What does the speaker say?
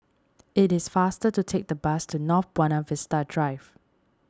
it is faster to take the bus to North Buona Vista Drive